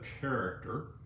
character